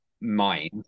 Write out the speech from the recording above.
mind